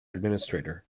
administrator